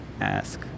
ask